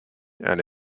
and